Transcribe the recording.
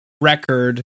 record